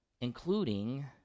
including